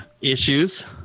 issues